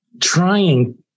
trying